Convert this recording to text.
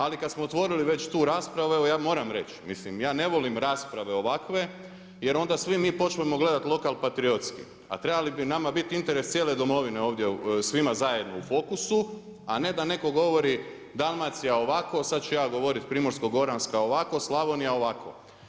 Ali kada smo otvorili već tu raspravu, evo ja moram reći, mislim ja ne volim rasprave ovakve jer onda svi mi počnemo gledati lokal-patriotski, a trebali bi nam biti interes cijele domovine ovdje svima zajedno u fokusu, a ne da netko govori Dalmacija ovako, sada ću ja govoriti Primorsko-goranska ovako, Slavonija ovako.